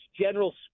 general